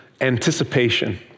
anticipation